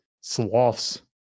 Sloths